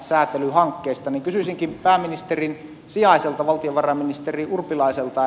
kysyisinkin pääministerin sijaiselta valtiovarainministeri urpilaiselta